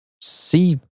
see